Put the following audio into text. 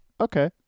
okay